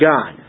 God